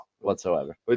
whatsoever